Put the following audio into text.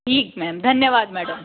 ठीक मैम धन्यवाद मैडम